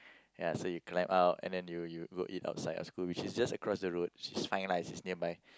ya so you climb out and then you you go eat outside of school which is just across the road which is fine lah which is nearby